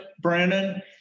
Brandon